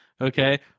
okay